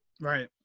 right